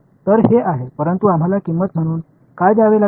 तर हे आहे परंतु आम्हाला किंमत म्हणून काय द्यावे लागेल